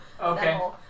Okay